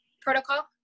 protocol